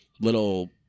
little